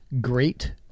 great